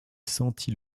sentit